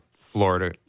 Florida